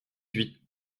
huit